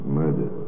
murder